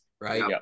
right